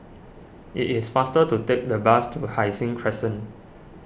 it is faster to take the bus to Hai Sing Crescent